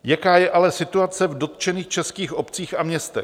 Jaká je ale situace v dotčených českých obcích a městech?